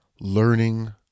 learning